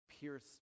pierce